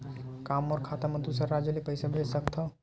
का मोर खाता म दूसरा राज्य ले पईसा भेज सकथव?